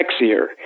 sexier